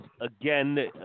again